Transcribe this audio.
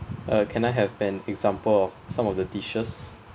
uh can I have an example of some of the dishes